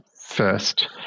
first